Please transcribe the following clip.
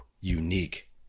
unique